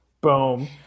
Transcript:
Boom